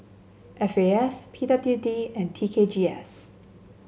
F A S P W D and T K G S